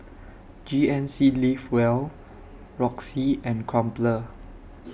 G N C Live Well Roxy and Crumpler